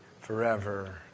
forever